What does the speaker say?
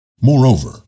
Moreover